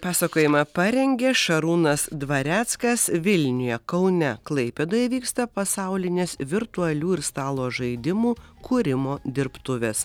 pasakojimą parengė šarūnas dvareckas vilniuje kaune klaipėdoje vyksta pasaulinės virtualių ir stalo žaidimų kūrimo dirbtuvės